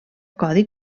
codi